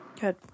Good